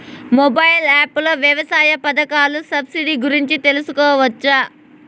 Mobile app లో వ్యవసాయ పథకాల సబ్సిడి గురించి తెలుసుకోవచ్చా?